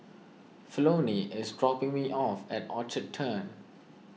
Flonnie is dropping me off at Orchard Turn